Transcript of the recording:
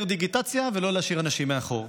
יותר דיגיטציה, ולא להשאיר אנשים מאחור.